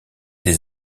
des